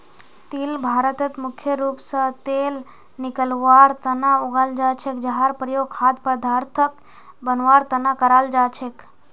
तिल भारतत मुख्य रूप स तेल निकलवार तना उगाल जा छेक जहार प्रयोग खाद्य पदार्थक बनवार तना कराल जा छेक